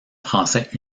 français